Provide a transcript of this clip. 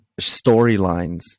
storylines